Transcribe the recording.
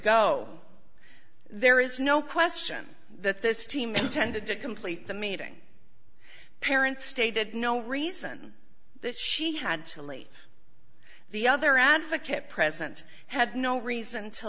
go there is no question that this team intended to complete the meeting parents stated no reason that she had to leave the other advocate present had no reason to